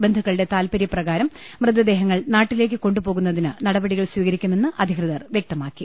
ബന്ധുക്കളുടെ താത്പര്യപ്രകാരം മൃതദേഹങ്ങൾ നാട്ടിലേക്ക് കൊണ്ടു പോകുന്നതിന് നടപടികൾ സ്വീകരിക്കുമെന്ന് അധികൃ തർ വ്യക്തമാക്കി